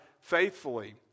faithfully